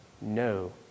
No